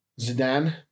Zidane